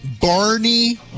Barney